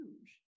huge